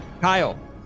Kyle